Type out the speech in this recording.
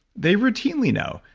they routinely know.